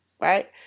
Right